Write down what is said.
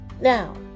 Now